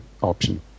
option